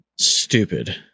stupid